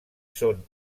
són